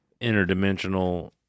interdimensional